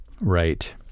right